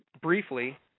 briefly